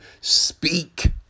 speak